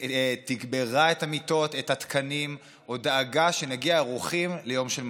שתגברה את המיטות והתקנים או שדאגה שנגיע ערוכים ליום של משבר.